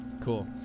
cool